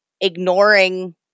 ignoring